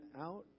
out